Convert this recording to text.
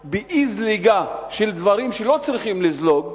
באי-זליגה של דברים שלא צריכים לזלוג